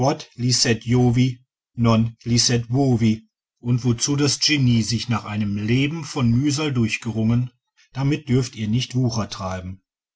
und wozu das genie sich nach einem leben von mühsal durchgerungen damit dürft ihr nicht wucher treiben